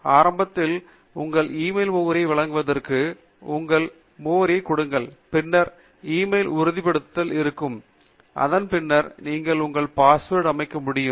ஆரம்பத்தில் உங்கள் ஈமெயில் முகவரியை வழங்குவதற்கும் உங்கள் ஈமெயில் முகவரியை கொடுங்கள் பின்னர் ஒரு ஈமெயில் உறுதிப்படுத்தல் இருக்கும் அதன் பின் நீங்கள் உங்கள் பாஸ்வேர்டு அமைக்க முடியும்